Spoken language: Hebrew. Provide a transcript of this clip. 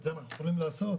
את זה אנחנו יכולים לעשות.